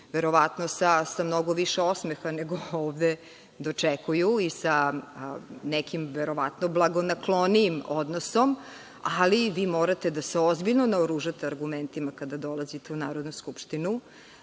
verovatno sa mnogo više osmeha nego ovde dočekuju i sa nekim blagonaklonijim odnosom, ali, vi morate da se ozbiljno naoružate argumentima kada dolazite u Narodnu skupštinu,